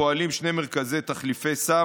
באזור פועלים שני מרכזי תחליפי סם,